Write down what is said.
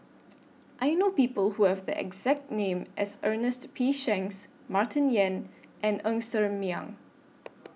I know People Who Have The exact name as Ernest P Shanks Martin Yan and Ng Ser Miang